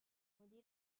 مدیر